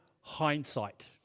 hindsight